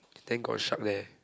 then got stripe there